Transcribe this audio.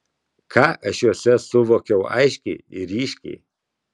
ką aš juose suvokiau aiškiai ir ryškiai